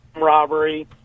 robbery